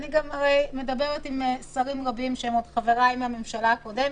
אני מדברת עם שרים רבים שהם חבריי מהממשלה הקודמת,